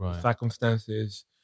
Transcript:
circumstances